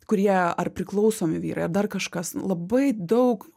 kurie ar priklausomi vyrai ar dar kažkas labai daug